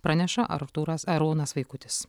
praneša artūras arūnas vaikutis